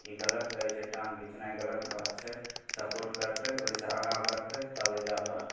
ई गलत करै छै टाँग घिचनाइ गलत बात छै सपोर्ट करतै ओहिसे आगाँ बढ़तै तब अइजा बा